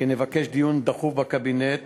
כי נבקש דיון דחוף בקבינט